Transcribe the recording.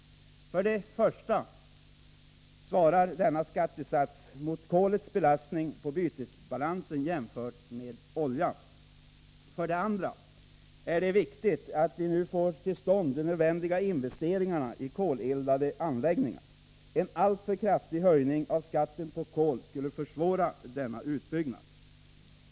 För det första svarar denna skattesats mot kolets belastning på bytesbalansen jämfört med olja. För det andra är det viktigt att vi nu får till stånd de nödvändiga investeringarna i koleldade anläggningar. En alltför kraftig höjning av skatten på kol skulle försvåra denna utbyggnad.